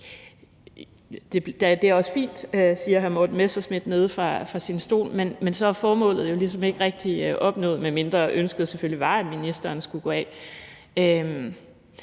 Det er også fint, siger hr. Morten Messerschmidt nede fra sin stol, men så er formålet jo ligesom ikke rigtig opnået, medmindre ønsket selvfølgelig var, at ministeren skulle gå af.